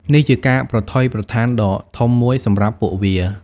នេះជាការប្រថុយប្រថានដ៏ធំមួយសម្រាប់ពួកវា។